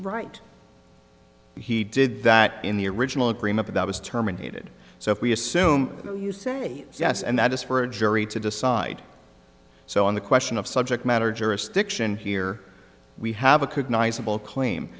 right he did that in the original agreement that was terminated so if we assume no you say yes and that is for a jury to decide so on the question of subject matter jurisdiction here we have a c